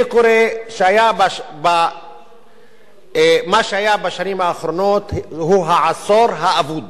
אני קורא למה שהיה בשנים האחרונות "העשור האבוד",